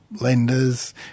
lenders